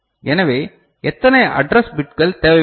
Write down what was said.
எனவே எத்தனை அட்ரஸ் பிட்கள் தேவைப்படும்